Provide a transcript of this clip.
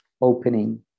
opening